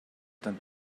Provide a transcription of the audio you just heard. that